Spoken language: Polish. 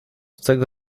tego